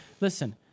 Listen